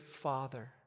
Father